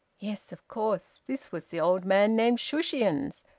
yes, of course! this was the old man named shushions,